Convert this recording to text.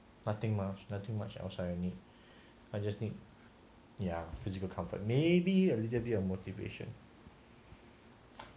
nothing much nothing much outside you need I just need your physical comfort maybe a little bit of motivation